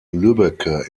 lübbecke